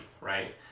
right